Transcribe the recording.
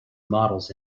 models